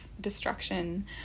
destruction